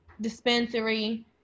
dispensary